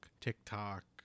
TikTok